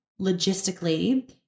logistically